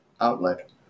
outlet